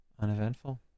uneventful